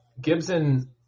Gibson